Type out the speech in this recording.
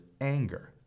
anger